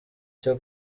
cyo